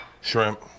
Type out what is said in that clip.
shrimp